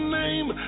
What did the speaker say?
name